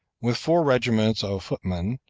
with four regiments of footmen,